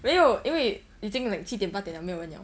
没有因为已经 like 七点八点没有人 liao